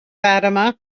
fatima